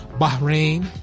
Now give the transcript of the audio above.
bahrain